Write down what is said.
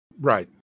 Right